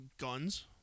Guns